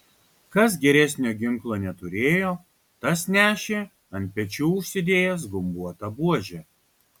kas geresnio ginklo neturėjo tas nešė ant pečių užsidėjęs gumbuotą buožę